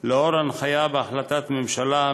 לאור הנחיה בהחלטת ממשלה,